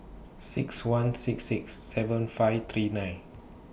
six one six six seven five three nine